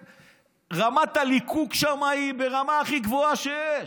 רמת הליקוק שם היא ברמה הכי גבוהה שיש.